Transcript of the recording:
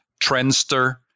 trendster